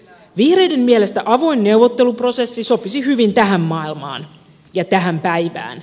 vihreiden mielestä avoin neuvotteluprosessi sopisi hyvin tähän maailmaan ja tähän päivään